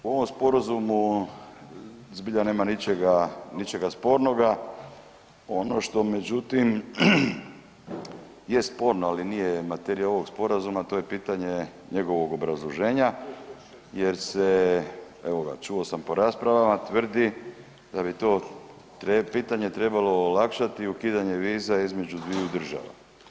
U ovom sporazumu zbilja nema ničega spornoga, ono što međutim je sporno ali nije materija ovog sporazuma, to je pitanje njegovog obrazloženja jer se evo ga čuo sam po raspravama tvrdi da bi to pitanje trebalo olakšati ukidanje vize između dviju država.